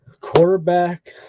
Quarterback